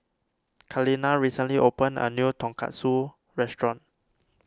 Kaleena recently opened a new Tonkatsu restaurant